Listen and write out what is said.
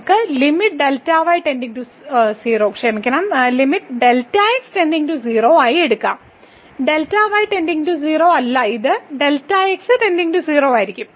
നമുക്ക് limit Δy → 0 ക്ഷമിക്കണം Δx → 0 ആയി എടുക്കാം Δy → 0 അല്ല ഇത് ആയിരിക്കും